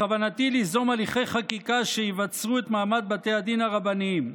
בכוונתי ליזום הליכי חקיקה שיבצרו את מעמד בתי הדין הרבניים.